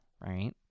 Right